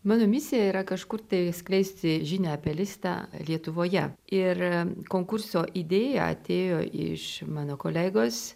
mano misija yra kažkur tai skleisti žinią apie listą lietuvoje ir konkurso idėja atėjo iš mano kolegos